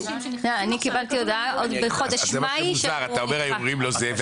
אני קיבלתי הודעה עוד בחודש מאי שהערעור נדחה.